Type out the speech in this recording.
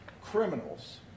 criminals